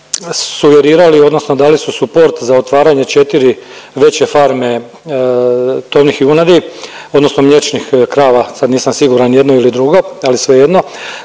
sugerirali odnosno dali su suport za otvaranje 4 veće farme tovnih junadi odnosno mliječnih krava, sad nisam siguran jedno ili drugo ali svejedno,